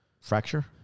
fracture